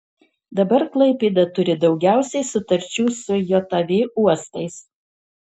dabar klaipėda turi daugiausiai sutarčių su jav uostais